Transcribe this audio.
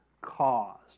caused